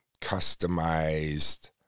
customized